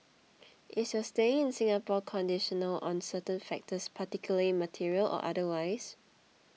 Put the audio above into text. is your staying in Singapore conditional on certain factors particularly material or otherwise